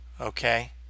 okay